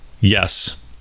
Yes